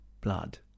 blood